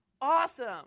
Awesome